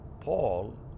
Paul